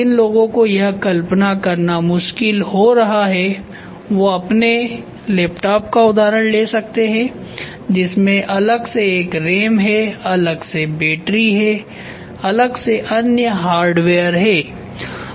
जिन लोगों को यह कल्पना करना मुश्किल हो रहा है वो अपने लैपटॉप का उदाहरण ले सकते है जिसमेअलग से एक रैम हैअलग से बैटरी हैअलग से अन्य हार्डवेयर हैं